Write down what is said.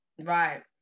Right